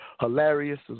Hilarious